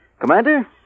Commander